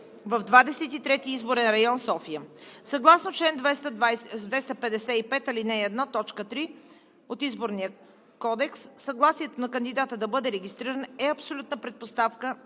и трети изборен район – София. Съгласно чл. 255, ал. 1, т. 3 от Изборния кодекс съгласието на кандидата да бъде регистриран е абсолютна предпоставка